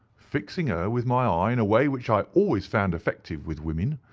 fixing her with my eye in a way which i always found effective with women,